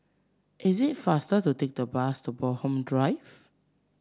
is it faster to take the bus to Bloxhome Drive